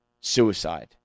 suicide